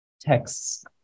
texts